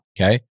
okay